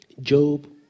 Job